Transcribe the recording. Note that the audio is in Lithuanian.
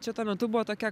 čia tuo metu buvo tokia